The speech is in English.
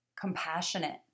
compassionate